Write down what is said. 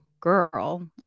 Girl